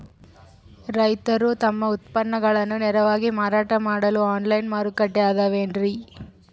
ರೈತರು ತಮ್ಮ ಉತ್ಪನ್ನಗಳನ್ನ ನೇರವಾಗಿ ಮಾರಾಟ ಮಾಡಲು ಆನ್ಲೈನ್ ಮಾರುಕಟ್ಟೆ ಅದವೇನ್ರಿ?